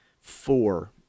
four